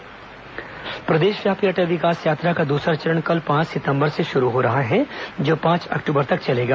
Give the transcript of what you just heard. अटल विकास यात्रा प्रदेशव्यापी अटल विकास यात्रा का दूसरा चरण कल पांच सितम्बर से शुरू हो रहा है जो पांच अक्टूबर तक चलेगा